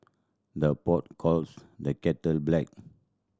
the pot calls the kettle black